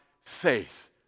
faith